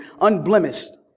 unblemished